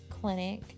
clinic